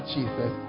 Jesus